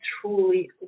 truly